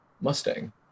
Mustang